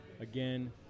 again